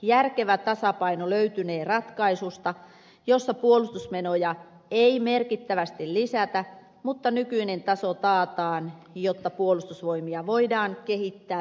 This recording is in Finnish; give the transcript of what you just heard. järkevä tasapaino löytynee ratkaisusta jossa puolustusmenoja ei merkittävästi lisätä mutta nykyinen taso taataan jotta puolustusvoimia voidaan kehittää pitkäjänteisesti